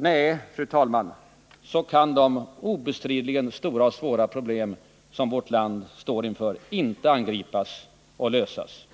Nej, fru talman, så kan de obestridligen stora och svåra problem vårt land står inför inte angripas och lösas.